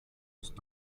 ist